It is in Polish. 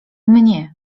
mnie